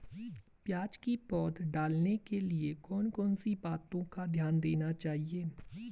प्याज़ की पौध डालने के लिए कौन कौन सी बातों का ध्यान देना चाहिए?